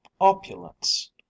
opulence